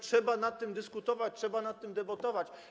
Trzeba o tym dyskutować, trzeba nad tym debatować.